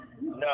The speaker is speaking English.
No